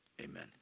amen